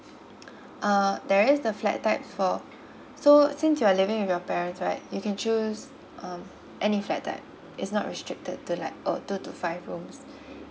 uh there is the flat type for so since you are living with your parents right you can choose um any flat type it's not restricted to like uh two to five rooms